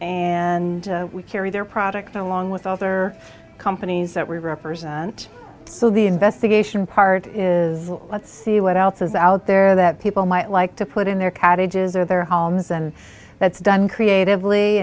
and we carry their product along with other companies that we represent so the investigation part is let's see what else is out there that people might like to put in their carriages or their homes and that's done creatively